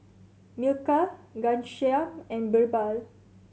Milkha Ghanshyam and Birbal